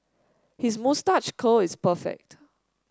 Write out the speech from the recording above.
his moustache curl is perfect